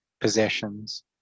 possessions